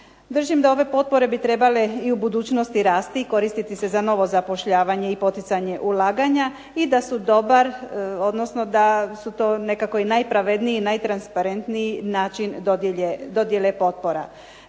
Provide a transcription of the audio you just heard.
Držim da ove potpore bi trebale i u budućnosti rasti i koristiti se za novo zapošljavanje i poticanje ulaganja, i da su dobar, odnosno da su to nekako i najpravedniji i najtransparentniji način dodjele potpora.